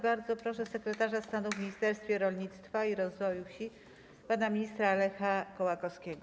Bardzo proszę sekretarza stanu w Ministerstwie Rolnictwa i Rozwoju Wsi pana ministra Lecha Kołakowskiego.